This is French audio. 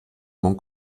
mon